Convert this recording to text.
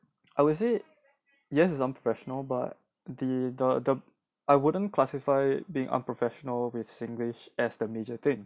I will say yes it's unprofessional but the the the I wouldn't classify being unprofessional with singlish as the major thing